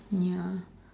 ya